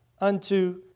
unto